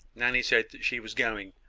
nanny said she was going.